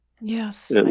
Yes